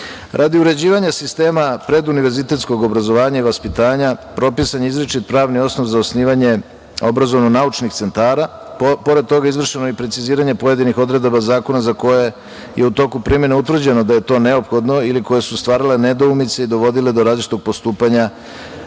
uređivanja sistema pred univerzitetskog obrazovanja i vaspitanja propisan je izričit pravni osnov za osnivanje obrazovno-naučnih centara, pored toga je izvršeno i preciziranje pojedinih odredaba zakona za koje je u toku primena, utvrđeno je da je to neophodno ili koje su ostvarile nedoumice i dovodile do različitog postupanja